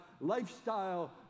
lifestyle